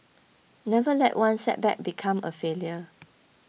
never let one setback become a failure